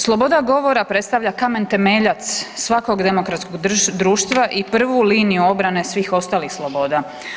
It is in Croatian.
Sloboda govora predstavlja kamen temeljac svakog demokratskog društva i prvu liniju obrane svih ostalih sloboda.